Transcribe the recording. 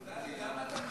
נפתלי, למה אתה משווה?